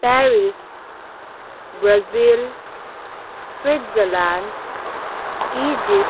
Paris Brazil Switzerland Egypt